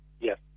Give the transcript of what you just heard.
Yes